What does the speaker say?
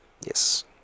Yes